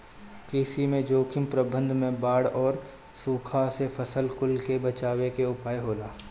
कृषि में जोखिम प्रबंधन में बाढ़ या सुखा से फसल कुल के बचावे के उपाय होला